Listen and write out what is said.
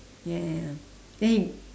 ya ya ya then he